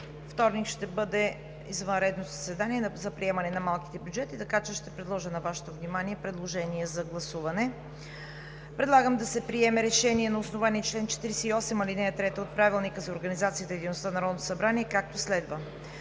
вторник ще има извънредно заседание за приемане на малките бюджети, така че ще предложа на Вашето внимание решение за гласуване. Предлагам да се приеме решение на основание чл. 48, ал. 3 от Правилника за организацията